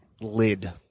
lid